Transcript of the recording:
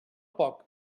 poc